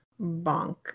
Bonk